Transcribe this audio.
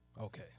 Okay